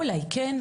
אולי כן,